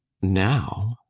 now?